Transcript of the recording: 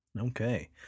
Okay